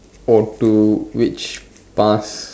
or to which past